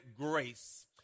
grace